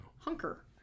hunker